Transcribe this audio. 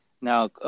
Now